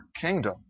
kingdom